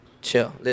chill